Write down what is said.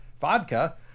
vodka